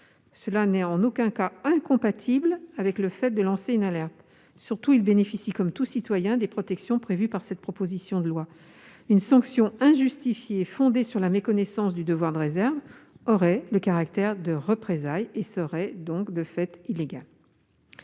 ne sont en aucun cas incompatibles avec le fait de lancer une alerte. Surtout, comme tout citoyen, les agents publics bénéficient des protections prévues par cette proposition de loi. Une sanction injustifiée, fondée sur la méconnaissance du devoir de réserve, aurait le caractère de représailles et serait, de fait, illégale.